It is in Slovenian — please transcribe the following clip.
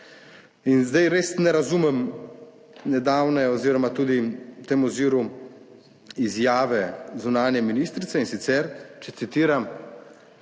In zdaj res ne razumem nedavne oziroma tudi v tem oziru izjave zunanje ministrice in sicer, če citiram,